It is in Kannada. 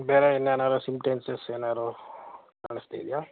ಬೇರೆ ಇನ್ನೇನಾರೂ ಸಿಮ್ಟೆನ್ಸಸ್ ಏನಾದ್ರು ಕಾಣಿಸ್ತಿದ್ಯಾ